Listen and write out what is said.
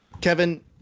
kevin